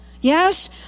Yes